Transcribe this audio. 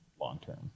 long-term